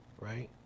Right